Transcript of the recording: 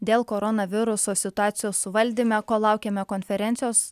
dėl koronaviruso situacijos suvaldyme kol laukiame konferencijos